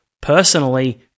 personally